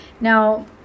Now